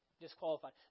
disqualified